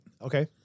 Okay